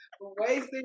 wasting